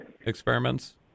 experiments